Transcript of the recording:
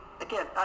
Again